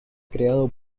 creado